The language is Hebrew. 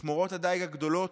מכמורות הדיג הגדולות,